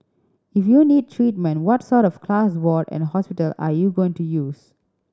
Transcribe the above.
if you need treatment what sort of class ward and hospital are you going to use